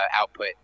output